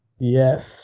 Yes